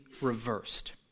reversed